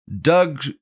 Doug